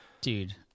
Dude